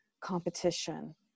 competition